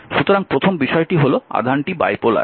সুতরাং প্রথম বিষয়টি হল আধানটি বাইপোলার